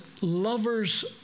lovers